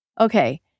Okay